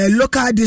local